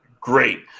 great